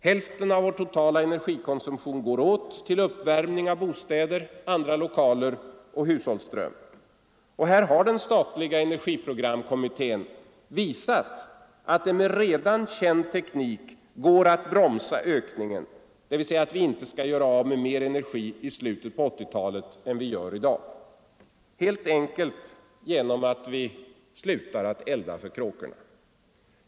Hälften av vår totala energikonsumtion går åt till uppvärmning av bostäder och andra lokaler samt hushållsström. Här har den statliga energiprogramkommittén visat att det med redan känd teknik går att bromsa ökningen, dvs. att vi inte skall göra av med mer energi i slutet av 1980-talet än vi gör i dag, helt enkelt genom att vi slutar att elda för kråkorna.